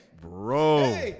Bro